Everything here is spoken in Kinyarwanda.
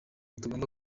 tugomba